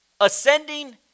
Ascending